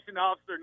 officer